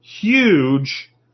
huge